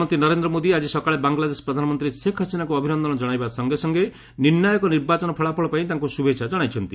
ପ୍ରଧାନମନ୍ତ୍ରୀ ନରେନ୍ଦ୍ର ମୋଦି ଆଜି ସକାଳେ ବାଂଲାଦେଶ ପ୍ରଧାନମନ୍ତ୍ରୀ ଶେଖ୍ ହାସିନାଙ୍କୁ ଅଭିନନ୍ଦନ କ୍ଷଣାଇବା ସଙ୍ଗେସଙ୍ଗେ ନିର୍ଣ୍ଣାୟକ ନିର୍ବାଚନ ଫଳାଫଳ ପାଇଁ ତାଙ୍କୁ ଶୁଭେଚ୍ଛା ଜଣାଇଛନ୍ତି